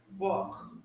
Fuck